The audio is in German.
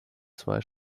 zwei